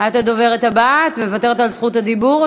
את מוותרת על זכות הדיבור?